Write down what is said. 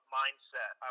mindset